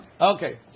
Okay